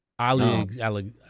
Ali